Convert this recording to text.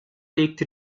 legte